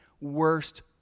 worst